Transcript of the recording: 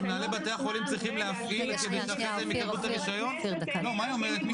שמנהלי בתי החולים צריכים להפעיל --- מה היא אומרת?